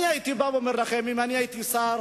אם הייתי שר,